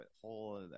whole